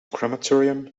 crematorium